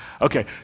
Okay